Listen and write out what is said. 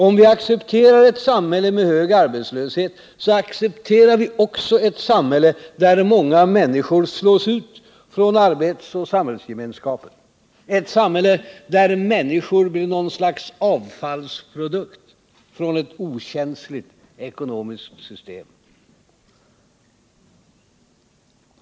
Om vi accepterar ett samhälle med hög arbetslöshet, så accepterar vi också ett samhälle där många människor slås ut från arbetsoch samhällsgemenskapen, ett samhälle där människor blir något slags avfallsprodukt från ett okänsligt ekonomiskt system.